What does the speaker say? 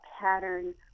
pattern